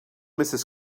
mrs